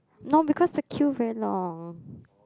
no because the queue very long